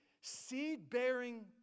seed-bearing